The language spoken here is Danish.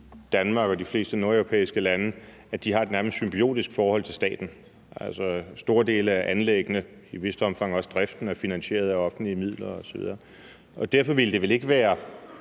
Danmark og de fleste europæiske lande, at den har et nærmest symbiotisk forhold til staten. Altså, store dele af anlæggene og i et vist omfang også driften er finansieret af offentlige midler osv. Derfor ville det vel ikke være